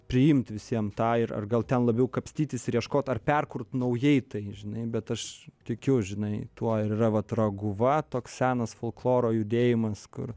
priimti visiem tą ir gal ten labiau kapstytis ieškot ar perkurt naujai tai žinai bet aš tikiu žinai tuo ir yra vat raguva toks senas folkloro judėjimas kur